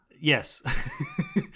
Yes